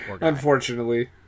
Unfortunately